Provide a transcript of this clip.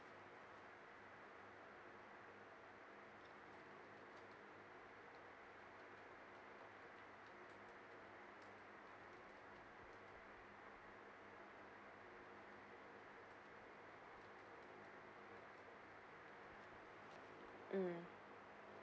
mm